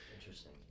interesting